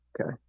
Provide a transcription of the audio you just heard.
Okay